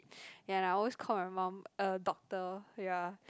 and I always call my mum uh doctor ya